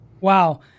Wow